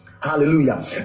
Hallelujah